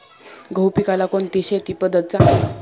गहू पिकाला कोणती शेती पद्धत चांगली?